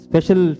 Special